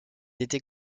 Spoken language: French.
était